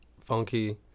funky